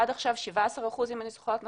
עד עכשיו, אם אני זוכרת נכון,